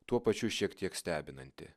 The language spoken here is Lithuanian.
tuo pačiu šiek tiek stebinanti